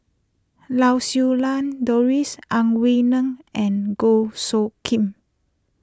Lau Siew Lang Doris Ang Wei Neng and Goh Soo Khim